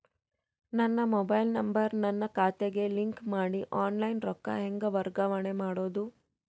ನನ್ನ mobile number ನನ್ನ ಖಾತೆಗೆ ಲಿಂಕ್ ಮಾಡಿ ಆನ್ಲೈನ್ ರೊಕ್ಕ ಹೆಂಗ ವರ್ಗಾವಣೆ ಮಾಡೋದು?